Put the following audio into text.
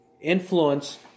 influence